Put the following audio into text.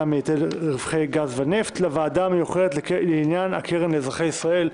מהיטל על רווחי גז ונפט" ל"וועדה המיוחדת לעניין הקרן לאזרחי ישראל".